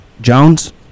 jones